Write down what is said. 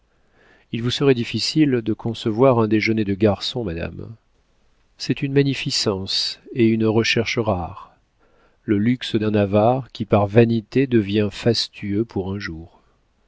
il vous serait difficile de concevoir un déjeuner de garçon madame c'est une magnificence et une recherche rares le luxe d'un avare qui par vanité devient fastueux pour un jour